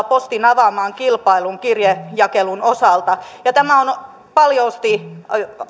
postin avaamaan kilpailun kirjejakelun osalta ja tämä on paljon